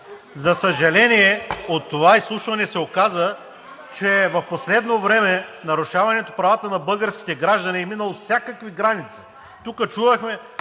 За съжаление, от това изслушване се оказа, че в последно време нарушаването правата на българските граждани е минало всякакви граници. ДЕСИСЛАВА